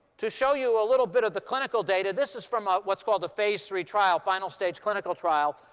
to show you a little bit of the clinical data, this is from ah what's called a phase three trial, final stage clinical trial.